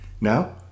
Now